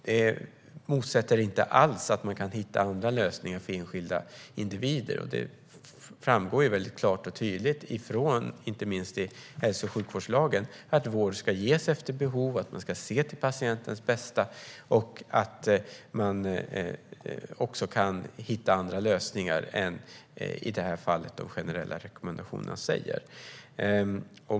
De hindrar inte alls att man kan hitta andra lösningar för enskilda individer, vilket klart och tydligt framgår inte minst i hälso och sjukvårdslagen. Vård ska ges efter behov. Man ska se till patentens bästa. Man kan också hitta andra lösningar än det som sägs i de generella rekommendationerna.